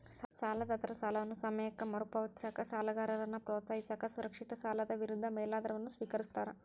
ಸಾಲದಾತರ ಸಾಲವನ್ನ ಸಮಯಕ್ಕ ಮರುಪಾವತಿಸಕ ಸಾಲಗಾರನ್ನ ಪ್ರೋತ್ಸಾಹಿಸಕ ಸುರಕ್ಷಿತ ಸಾಲದ ವಿರುದ್ಧ ಮೇಲಾಧಾರವನ್ನ ಸ್ವೇಕರಿಸ್ತಾರ